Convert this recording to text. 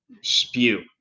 spew